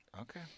Okay